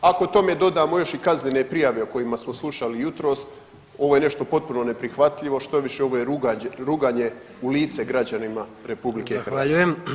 Ako tome dodamo još i kaznene prijave o kojima smo slušali jutros ovo je nešto potpuno neprihvatljivo štoviše ovo je ruganje u lice građanima RH.